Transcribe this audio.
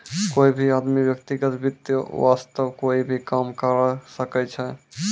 कोई भी आदमी व्यक्तिगत वित्त वास्तअ कोई भी काम करअ सकय छै